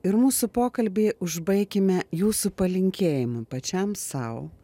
ir mūsų pokalbį užbaikime jūsų palinkėjimu pačiam sau